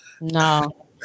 No